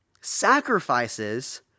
Sacrifices